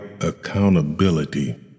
accountability